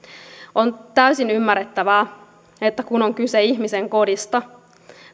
on täysin ymmärrettävää että kun on kyse ihmisen kodista